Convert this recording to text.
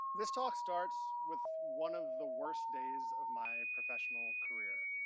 this talk starts with one of the worst days of my professional career.